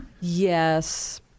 yes